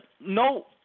no